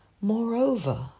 Moreover